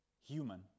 human